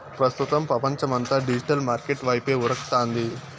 ప్రస్తుతం పపంచమంతా digital market వైపే ఉరకతాంది